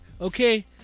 okay